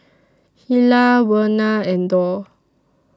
Hilah Werner and Dorr